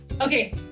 Okay